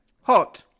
hot